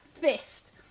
fist